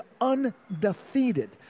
undefeated